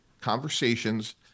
conversations